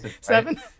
Seven